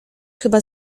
chyba